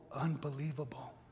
unbelievable